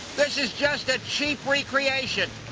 this is just a cheap recreation.